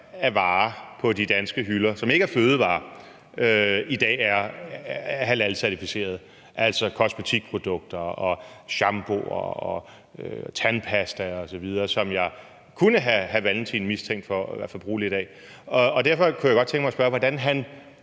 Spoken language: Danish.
af varer på de danske hylder, som ikke er fødevarer, i dag er halalcertificerede. Det er kosmetikprodukter, shampoo, tandpasta osv., som jeg kunne have hr. Carl Valentin mistænkt for at bruge lidt af. Derfor kunne jeg godt tænke mig at spørge, hvordan han